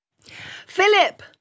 Philip